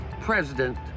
President